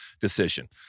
decision